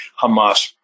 Hamas